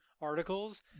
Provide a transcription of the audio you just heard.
articles